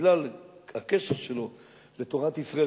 בגלל הקשר שלו לתורת ישראל,